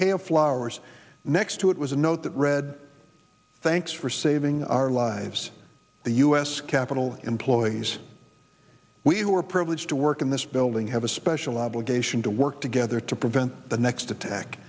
of flowers next to it was a note that read thanks for saving our lives the u s capitol employees we were privileged to work in this building have a special obligation to work together to prevent the next attack